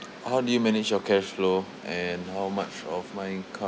how do you manage your cash flow and how much of my income